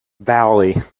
valley